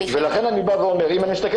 ולכן אני אומר אני מסיים